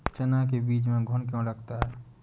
चना के बीज में घुन क्यो लगता है?